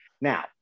Now